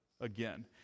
again